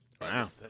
Wow